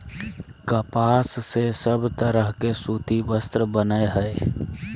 कपास से सब तरह के सूती वस्त्र बनय हय